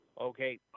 Okay